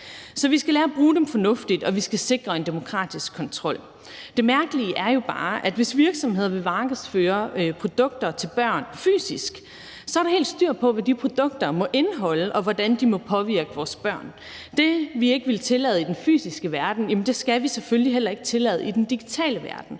Så vi skal lære at bruge dem fornuftigt, og vi skal sikre en demokratisk kontrol. Det mærkelige er jo bare, at hvis virksomheder vil markedsføre produkter til børn fysisk, er der helt styr på, hvad de produkter må indeholde, og hvordan de må påvirke vores børn. Det, vi ikke vil tillade i den fysiske verden, skal vi selvfølgelig heller ikke tillade i den digitale verden.